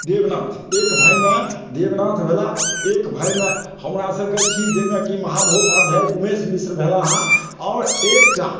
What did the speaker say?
देवनाथ एक भायमे देवनाथ भेलाह एक भायमे हमरासभके छी जाहिमे कि महामहोपाध्याय उमेश मिश्र भेलाहे आओर एकटा